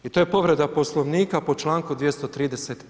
I to je povreda Poslovnika po članku 238.